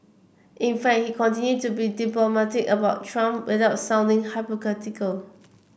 in fact he continued to be diplomatic about Trump without sounding hypocritical